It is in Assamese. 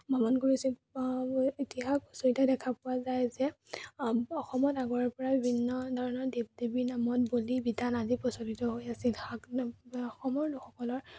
ভ্ৰমণ কৰিছিল ইতিহাস খুচঁৰিলে দেখা পোৱা যায় যে অসমত আগৰে পৰাই বিভিন্ন ধৰণৰ দেৱ দেৱীৰ নামত বলি বিধান আদি প্ৰচলিত হৈ আছিল অসমৰ লোকসকলৰ